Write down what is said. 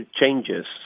changes